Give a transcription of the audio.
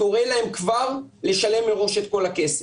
תורה להם כבר לשלם מראש את כל הכסף.